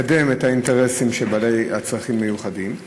לקדם את האינטרסים של בעלי צרכים מיוחדים,